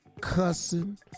cussing